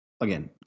again